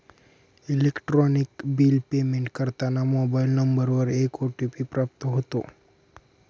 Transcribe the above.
electronic bill payment करताना mobile नंबरवर एक ओ.टी.पी प्राप्त होतो